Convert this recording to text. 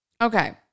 okay